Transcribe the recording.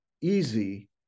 easy